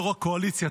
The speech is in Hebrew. יו"ר הקואליציה,